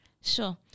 Sure